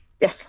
Yes